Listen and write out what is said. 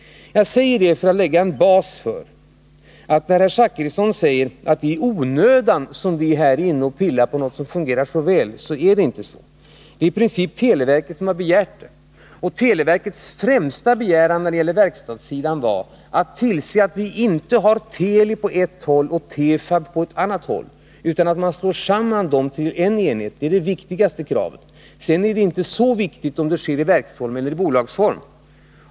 Herr Zachrisson säger att vi i onödan är inne och pillar på någonting som 163 fungerar så väl, men så är det alltså inte. Det är i princip televerket som har begärt det här. Televerkets främsta begäran när det gäller verkstadssidan var att vi skulle se till att vi inte har Teli på ett håll och Tefab på ett annat, utan att de slås samman till en enhet. Det var det viktigaste kravet. Sedan är det inte så viktigt om det sker i verksform eller bolagsform.